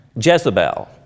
Jezebel